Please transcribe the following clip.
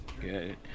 Good